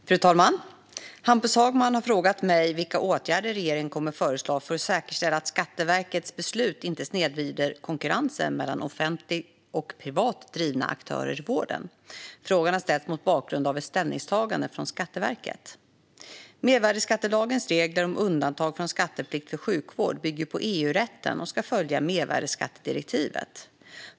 Svar på interpellationer Fru talman! har frågat mig vilka åtgärder regeringen kommer att föreslå för att säkerställa att Skatteverkets beslut inte snedvrider konkurrensen mellan offentligt och privat drivna aktörer i vården. Frågan har ställts mot bakgrund av ett ställningstagande från Skatteverket. Mervärdesskattelagens regler om undantag från skatteplikt för sjukvård bygger på EU-rätten och ska följa mervärdesskattedirektivet.